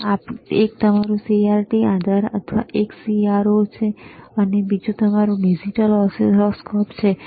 એક તમારો CRT આધાર અથવા CRO અને બીજો તમારો ડિજિટલ ઓસિલોસ્કોપ છે બરાબર